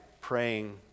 praying